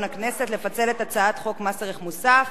הכנסת לפצל את הצעת חוק מס ערך מוסף